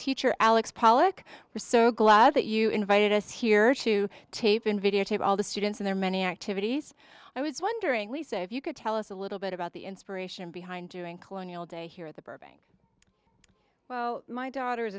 teacher alex pollock we're so glad that you invited us here to tape and videotape all the students in their many activities i was wondering if you could tell us a little bit about the inspiration behind doing colonial day here at the burbank well my daughter is